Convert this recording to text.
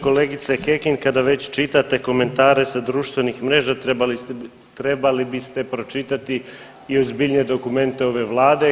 Kolegice Kekin, kada već čitate komentare sa društvenih mreža trebali biste pročitati i ozbiljnije dokumente ove vlade.